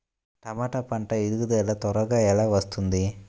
టమాట పంట ఎదుగుదల త్వరగా ఎలా వస్తుంది?